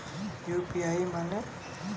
UPI माने?